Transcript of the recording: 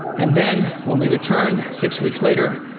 and then, when we returned six weeks later,